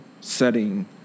setting